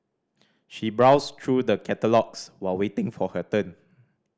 she browsed through the catalogues while waiting for her turn